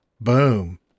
boom